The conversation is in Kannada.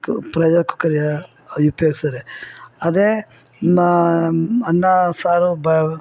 ಕು ಪ್ರೆಷರ್ ಕುಕ್ಕರ್ ಉಪ್ಯೋಗ್ಸದ್ರೆ ಅದೇ ಮಾ ಅನ್ನ ಸಾರು ಬ